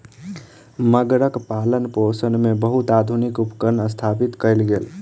मगरक पालनपोषण मे बहुत आधुनिक उपकरण स्थापित कयल गेल